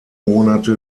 monate